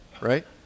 right